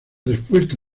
respuesta